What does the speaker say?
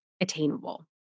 attainable